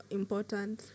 important